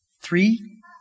Three